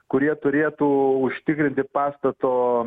kurie turėtų užtikrinti pastato